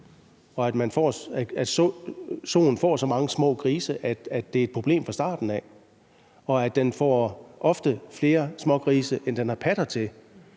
og at soen får så mange små grise, at det er et problem fra starten. Den får ofte flere smågrise, end den har patter til,